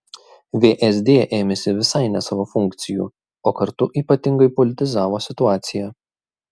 vsd ėmėsi visai ne savo funkcijų o kartu ypatingai politizavo situaciją